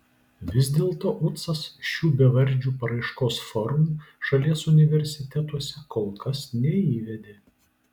vis dėlto ucas šių bevardžių paraiškos formų šalies universitetuose kol kas neįvedė